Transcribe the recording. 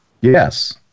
Yes